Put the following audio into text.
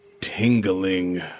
tingling